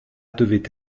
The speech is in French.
devait